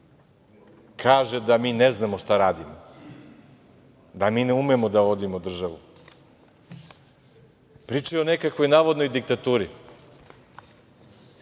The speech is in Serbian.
kaže da mi ne znamo šta radimo, da mi ne umemo da vodimo državu. Pričaju o nekakvoj navodnoj diktaturi. Tu